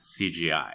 CGI